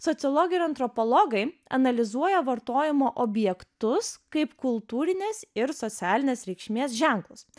sociologai ir antropologai analizuoja vartojimo objektus kaip kultūrinės ir socialinės reikšmės ženklus